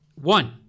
one